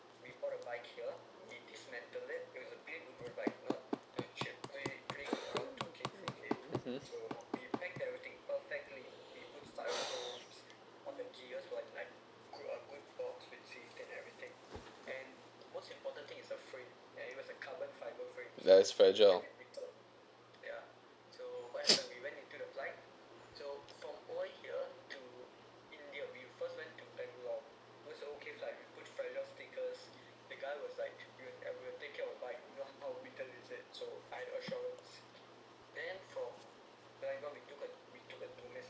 that's fragile